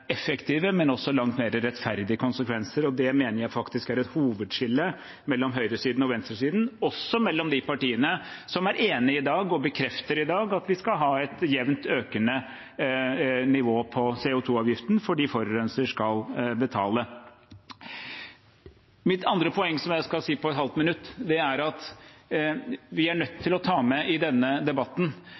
effektive, men også langt mer rettferdige konsekvenser. Det mener jeg faktisk er et hovedskille mellom høyresiden og venstresiden, også mellom de partiene som er enige i dag, og bekrefter i dag at vi skal ha et jevnt økende nivå på CO 2 -avgiften fordi forurenser skal betale. Mitt andre poeng, som jeg skal si på et halvt minutt, er at vi er nødt til å ta med i denne debatten